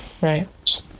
right